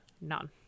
none